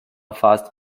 fast